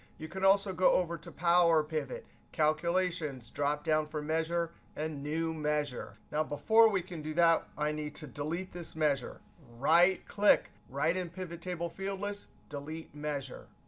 you can also go over to power pivot, calculations, dropdown for measure, and new measure. now, before we can do that, i need to delete this measure. right click right in pivot table field list, delete measure.